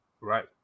Right